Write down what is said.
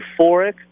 euphoric